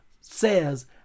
says